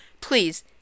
Please